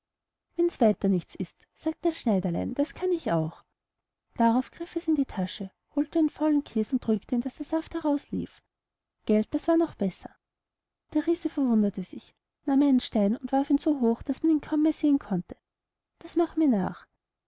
wenns weiter nichts ist sagte das schneiderlein das kann ich auch darauf griff es in die tasche holte den faulen käs und drückte ihn daß der saft heraus lief gelt das war noch besser der riese verwunderte sich nahm einen stein und warf ihn so hoch daß man ihn kaum mehr sehen konnte das mach mir nach